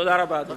תודה רבה, אדוני.